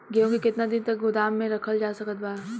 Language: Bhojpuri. गेहूँ के केतना दिन तक गोदाम मे रखल जा सकत बा?